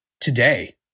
today